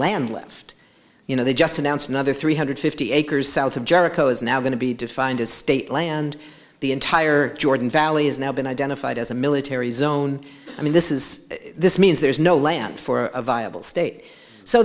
land left you know they just announced another three hundred fifty acres south of jericho is now going to be defined as state land the entire jordan valley has now been identified as a military zone i mean this is this means there is no land for a viable state so